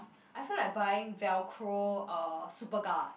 I feel like buying velcro uh Superga